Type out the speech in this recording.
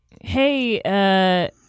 hey